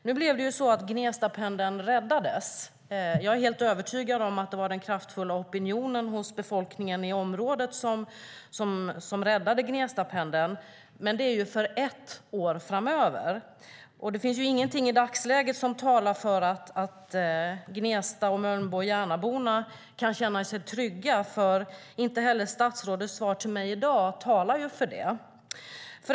Nu blev det så att Gnestapendeln räddades. Jag är helt övertygad om att det var den kraftfulla opinionen hos befolkningen i området som gjorde det. Men det är ju för ett år framöver. Det finns i dagsläget inget som talar för att Gnesta-, Mölnbo och Järnaborna kan känna sig trygga, för inte heller statsrådets svar till mig i dag talar för det.